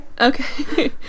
okay